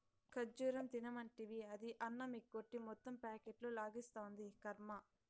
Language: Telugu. ఖజ్జూరం తినమంటివి, అది అన్నమెగ్గొట్టి మొత్తం ప్యాకెట్లు లాగిస్తాంది, కర్మ